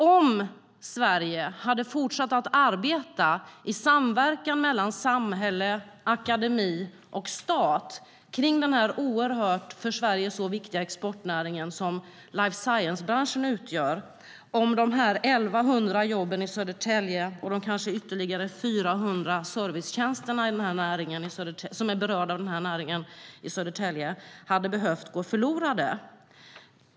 Om Sverige hade fortsatt att arbeta i samverkan mellan samhälle, akademi och stat i den för Sverige så viktiga exportnäring som life science-branschen utgör, hade då de 1 100 jobben vid Astra och de 400 servicetjänsterna behövt gå förlorade?